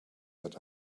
that